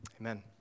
Amen